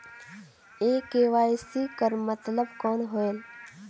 ये के.वाई.सी कर मतलब कौन होएल?